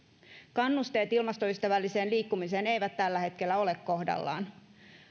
kannusteet ilmastoystävälliseen liikkumiseen eivät tällä hetkellä ole kohdallaan